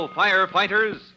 firefighters